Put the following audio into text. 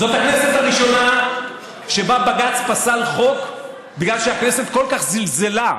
זאת הכנסת הראשונה שבה בג"ץ פסל חוק בגלל שהכנסת כל כך זלזלה,